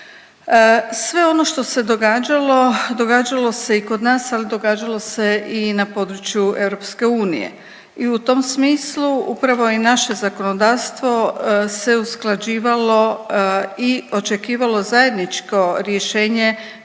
Sve ono što se događalo, događalo se i kod nas ali događalo se i na području EU. I u tom smislu upravo i naše zakonodavstvo se usklađivalo i očekivalo zajedničko rješenje